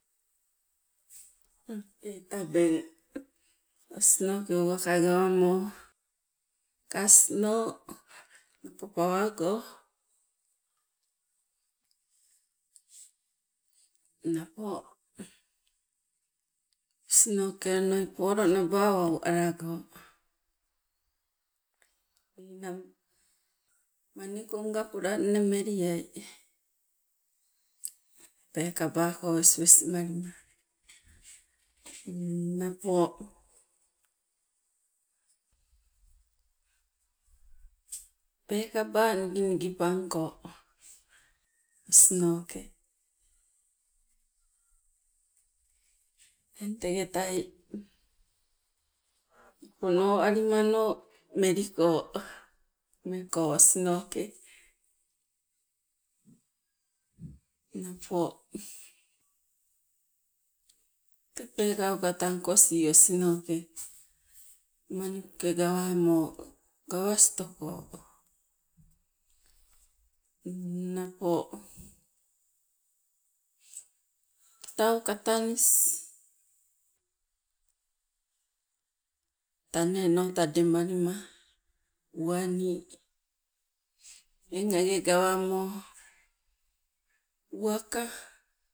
Okei tabeng osinoke uwaka gawamo kasno napo pawago, napo osinoke onoi poro naba wau alago ninang manikunga polanne meliai peekaba ko wesiwesi malima. napo peekaba niginigi pangko osinoke, eng teketai napo noo alimano meliko meko osinoke, napo tee peekauka tang kosii osinoke manikuke gawamo gawastoko, napo kitau katanis taneno tademalima uwani eng age gawamo uwaka,